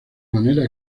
manera